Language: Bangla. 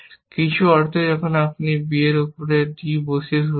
কিছু অর্থে যখন আপনি একটি b এর উপরে d বসিয়ে শুরু করেন